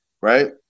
right